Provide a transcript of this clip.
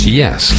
yes